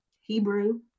Hebrew